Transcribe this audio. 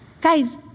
Guys